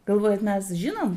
galvojat mes žinom